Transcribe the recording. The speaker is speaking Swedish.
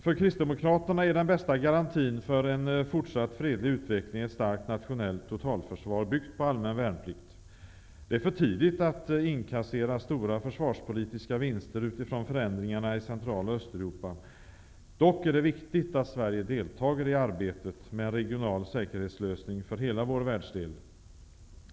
För kristdemokraterna är den bästa garantin för en fortsatt fredlig utveckling ett starkt nationellt totalförsvar byggt på allmän värnplikt. Det är för tidigt att inkassera stora försvarspolitiska vinster utifrån förändringarna i Central och Östeuropa. Dock är det viktigt att Sverige deltar i arbetet med en regional säkerhetslösning för hela vår världsdel.